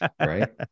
right